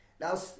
Now